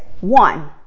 one